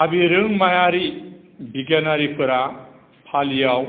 हाबिरोंमायारि बिगियानारिफोरा पालियाव